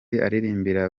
aririmbira